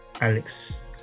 Alex